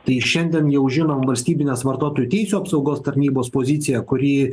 tai šiandien jau žinom valstybinės vartotojų teisių apsaugos tarnybos poziciją kuri